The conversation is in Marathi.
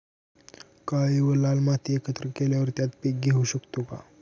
काळी व लाल माती एकत्र केल्यावर त्यात पीक घेऊ शकतो का?